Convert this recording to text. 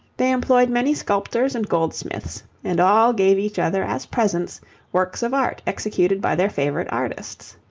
they employed many sculptors and goldsmiths, and all gave each other as presents works of art executed by their favourite artists.